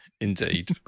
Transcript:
Indeed